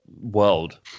world